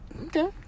Okay